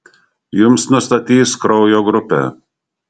jums nustatys kraujo grupę